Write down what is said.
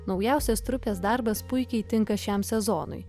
naujausias trupės darbas puikiai tinka šiam sezonui